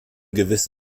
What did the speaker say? gewiss